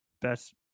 best